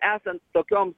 esant tokioms